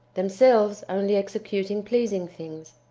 themselves only executing pleasing things.